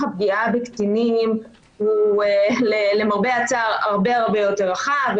הפגיעה בקטינים הוא למרבה הצער הרבה יותר רחב,